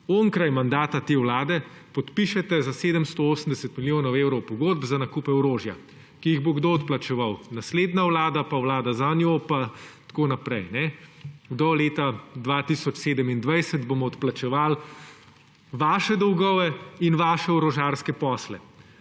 onkraj mandata te vlade podpišete za 780 milijonov evrov pogodb za nakupe orožja. Kdo jih bo odplačeval? Naslednja vlada, vlada za njo pa tako naprej. Do leta 2027 bomo odplačevali vaše dolgove in vaše orožarske posle.